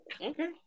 Okay